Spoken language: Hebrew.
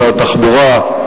לשר התחבורה,